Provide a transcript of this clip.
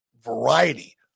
variety